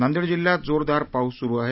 नांदेड जिल्ह्यात जोरदार पाऊस सुरु आहे